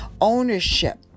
ownership